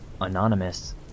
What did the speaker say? Anonymous